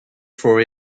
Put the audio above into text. for